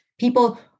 People